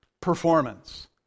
performance